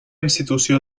institució